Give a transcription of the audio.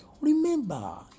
Remember